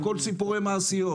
הכול סיפורי מעשיות.